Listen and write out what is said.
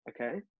Okay